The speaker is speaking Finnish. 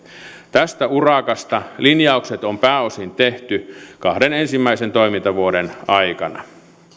tästä urakasta linjaukset on pääosin tehty kahden ensimmäisen toimintavuoden aikana